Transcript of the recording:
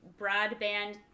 broadband